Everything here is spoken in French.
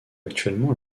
actuellement